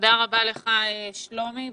תודה רבה לך, שלומי.